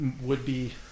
would-be